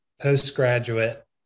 postgraduate